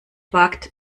wagt